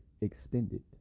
extended